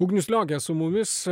ugnius liogė su mumis